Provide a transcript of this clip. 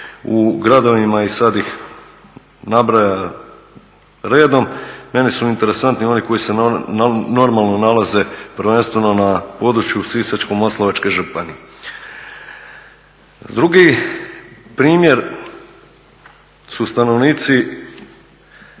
u gradovima i sad ih nabraja redom, meni su interesantni oni koji se normalno nalaze prvenstveno na području Sisačko-moslavačke županije. Drugi primjer su stanovnici